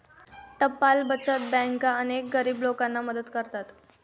टपाल बचत बँका अनेक गरीब लोकांना मदत करतात